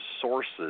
sources